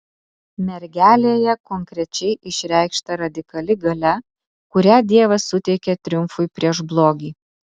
mergelėje konkrečiai išreikšta radikali galia kurią dievas suteikė triumfui prieš blogį